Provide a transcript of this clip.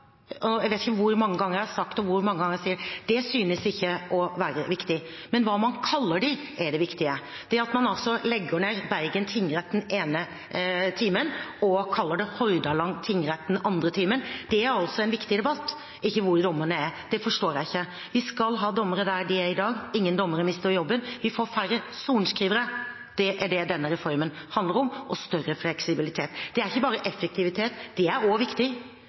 jeg vet ikke hvor mange ganger jeg har sagt det, og hvor mange ganger til jeg skal si det – synes ikke å være viktig. Men hva man kaller dem, er det viktige. Det at man legger ned Bergen tingrett den ene timen og kaller det Hordaland tingrett den andre timen, er altså en viktig debatt, ikke hvor dommerne er. Det forstår jeg ikke. Vi skal ha dommere der de er i dag. Ingen dommere mister jobben. Vi får færre sorenskrivere, det er det denne reformen handler om, og større fleksibilitet. Det er ikke bare effektivitet, men det er også viktig.